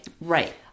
Right